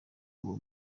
uwo